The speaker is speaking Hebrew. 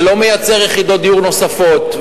זה לא מייצר יחידות דיור נוספות,